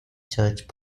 church